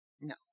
No